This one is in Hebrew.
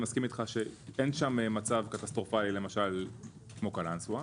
אני מסכים איתך שאין שם מצב קטסטרופלי למשל כמו קלנסווה,